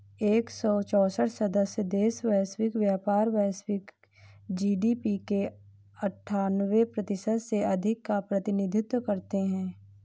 एक सौ चौसठ सदस्य देश वैश्विक व्यापार, वैश्विक जी.डी.पी के अन्ठान्वे प्रतिशत से अधिक का प्रतिनिधित्व करते हैं